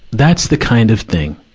that's the kind of thing,